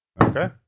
Okay